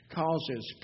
causes